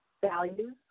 values